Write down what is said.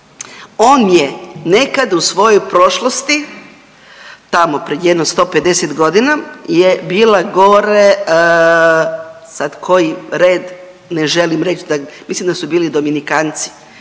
on je nekad u svojoj prošlosti, tamo pred jedno 150.g. je bila gore sad koji red ne želim reć, mislim da su bili Dominikanci,